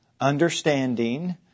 understanding